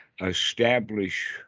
establish